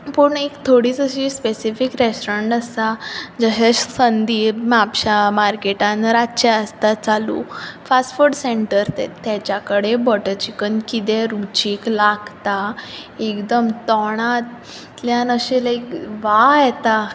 पूण एक थोडींच अशीं स्पेसिफिक रेस्टोरंट आसतां जशें सदिंप म्हापशां मार्केटान रातचे आसतां चालूं फास्टफूड सेंटर तें तेच्या कडेन तेच्या कडेन बटर चिकन किदें रुचीक लागतां एकदम तोंडातल्यान अशें लायक वाह येता